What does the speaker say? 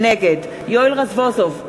נגד יואל רזבוזוב,